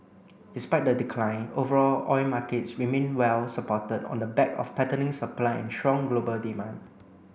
despite the decline overall oil markets remained well supported on the back of tightening supply and strong global demand